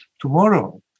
Tomorrow